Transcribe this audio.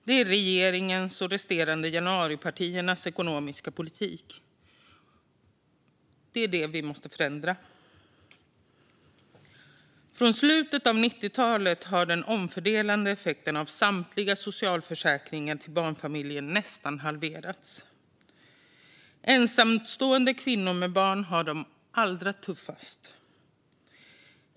Det är regeringens och resterande januaripartiers ekonomiska politik. Det är det som vi måste förändra. Sedan slutet av 90-talet har den omfördelande effekten av samtliga socialförsäkringar till barnfamiljer nästan halverats. Ensamstående kvinnor med barn har det allra tuffast.